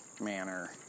manner